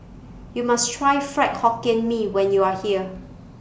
YOU must Try Fried Hokkien Mee when YOU Are here